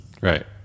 Right